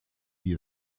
wie